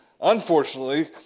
Unfortunately